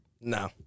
No